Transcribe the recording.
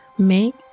make